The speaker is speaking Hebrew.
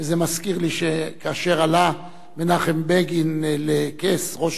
וזה מזכיר לי שכאשר עלה מנחם בגין לכס ראש